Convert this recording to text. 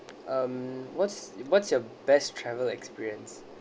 um what's what's your best travel experience